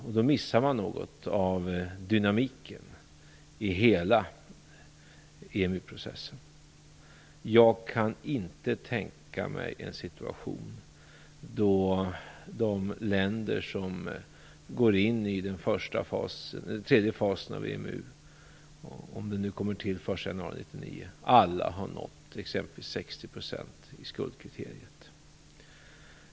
Men då missar man något av dynamiken i hela EMU-processen. Jag kan inte tänka mig en situation då alla de länder som går in i EMU:s tredje fas - om den nu kommer till den 1 januari 1999 - har nått upp till 60 % när det gäller skuldkriteriet.